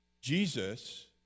Jesus